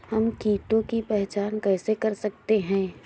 हम कीटों की पहचान कैसे कर सकते हैं?